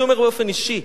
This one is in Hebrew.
אני אומר באופן אישי,